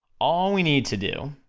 all we need to do,